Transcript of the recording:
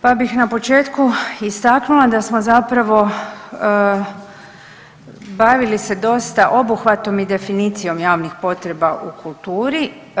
Pa bih na početku istaknula damo smo zapravo bavili se dosta obuhvatom i definicijom javnih potreba u kulturi.